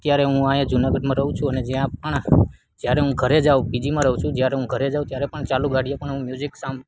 અત્યારે હું અહીંયા જુનાગઢમાં રહું છું અને જ્યાં પણ જ્યારે હું ઘરે જઉ પીજીમાં રહું છું જ્યારે હું ઘરે જઉ ત્યારે પણ ચાલુ ગાડીએ પણ હું મ્યુઝિક સાંભ